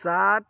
सात